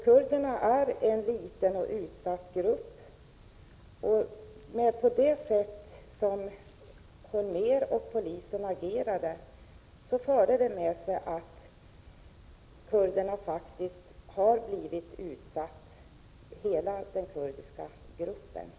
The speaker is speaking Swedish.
Kurderna är en liten och utsatt grupp och det sätt på vilket Holmér och polisen agerade förde med sig att hela den kurdiska gruppen blev utpekad.